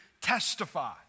testify